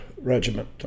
Regiment